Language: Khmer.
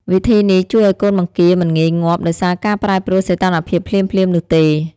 វិធីនេះជួយឲ្យកូនបង្គាមិនងាយងាប់ដោយសារការប្រែប្រួលសីតុណ្ហភាពភ្លាមៗនោះទេ។